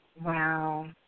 Wow